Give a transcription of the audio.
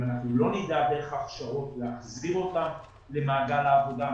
אנחנו לא נדאג דרך ההכשרות להחזיר אותם למעגל העבודה,